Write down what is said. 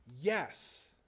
yes